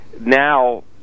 now